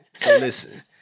Listen